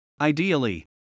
Ideally